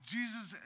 Jesus